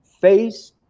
face